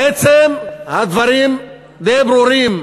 בעצם הדברים די ברורים: